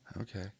okay